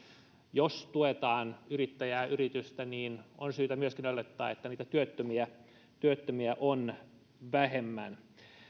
jos tuetaan yrittäjää yritystä on syytä myöskin olettaa että niitä työttömiä työttömiä on vähemmän